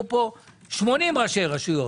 שיבואו 80 ראשי רשויות,